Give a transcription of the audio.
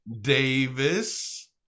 Davis